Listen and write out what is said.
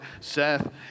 Seth